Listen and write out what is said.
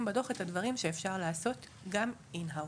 בדוח את הדברים שאפשר לעשות גם אינהאוס.